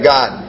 God